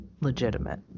legitimate